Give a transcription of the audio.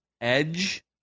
edge